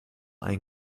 ein